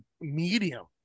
medium